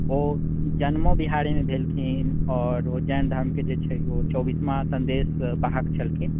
ओ जन्मो बिहारेमे भेलखिन आओर ओ जैन धर्मके जे छै ओ चौबीसमा संदेशवाहक छलखिन